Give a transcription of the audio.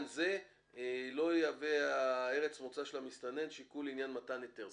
זה לא תהווה ארץ המוצא של המסתנן שיקול לעניין מתן היתר.